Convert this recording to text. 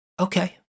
Okay